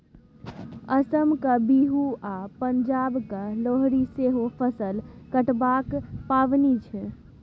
असमक बिहू आ पंजाबक लोहरी सेहो फसल कटबाक पाबनि छै